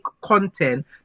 content